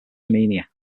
anemia